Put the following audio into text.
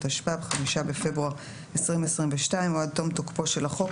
התשפ"ב (5 בפברואר 2022 או עד תום תוקפו של החוק,